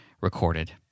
recorded